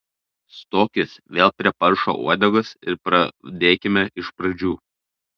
stokis vėl prie paršo uodegos ir pradėkime iš pradžių